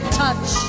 touch